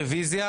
הצבעה הרביזיה